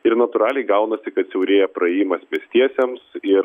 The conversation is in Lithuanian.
ir natūraliai gaunasi kad siaurėja praėjimas pėstiesiems ir